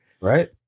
Right